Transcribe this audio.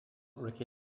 ricky